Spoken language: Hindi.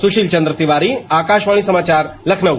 सुशील चन्द्र तिवारी आकाशवाणी समाचार लखनउ